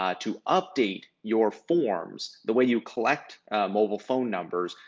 ah to update your forms, the way you collect mobile phone numbers,